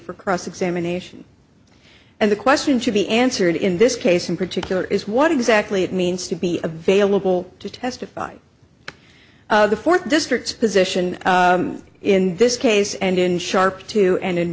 for cross examination and the question should be answered in this case in particular is what exactly it means to be a vailable to testify the fourth district position in this case and in sharp two and